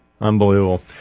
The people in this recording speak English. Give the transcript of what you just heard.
Unbelievable